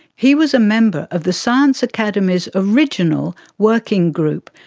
he was a member of the science academy's original working group,